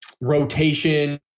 rotation